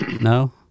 No